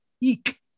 Eek